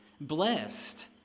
Blessed